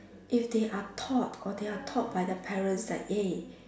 if they are taught or they are taught by their parents that eh